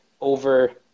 over